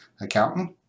accountant